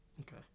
Okay